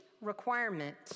requirement